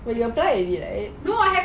you apply already right